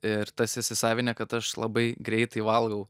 ir tas įsisavinę kad aš labai greitai valgau